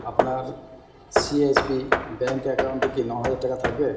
আপনার CSB bank অ্যাকাউন্টে কি ন হাজার টাকা থাকবে